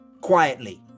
quietly